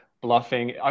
bluffing